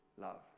love